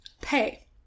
pay